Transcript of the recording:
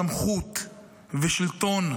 סמכות ושלטון,